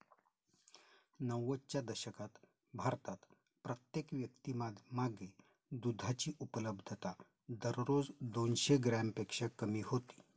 नव्वदच्या दशकात भारतात प्रत्येक व्यक्तीमागे दुधाची उपलब्धता दररोज दोनशे ग्रॅमपेक्षा कमी होती